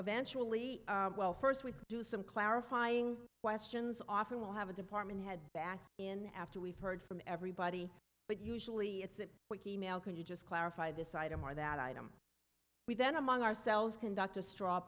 eventually well first we do some clarifying questions often we'll have a department head back in after we've heard from everybody but usually it's that with e mail can you just clarify this item or that item we then among ourselves conduct a straw